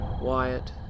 Wyatt